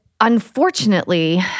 unfortunately